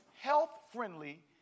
health-friendly